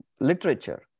literature